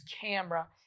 camera